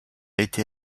été